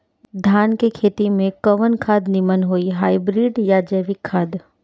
धान के खेती में कवन खाद नीमन होई हाइब्रिड या जैविक खाद?